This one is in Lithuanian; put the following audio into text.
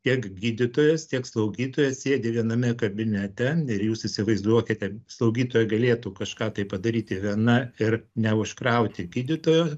tiek gydytojas tiek slaugytoja sėdi viename kabinete ir jūs įsivaizduokite slaugytoja galėtų kažką tai padaryti viena ir neužkrauti gydytojo